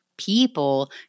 People